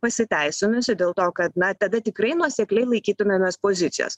pasiteisinusi dėl to kad na tada tikrai nuosekliai laikytumėmės pozicijos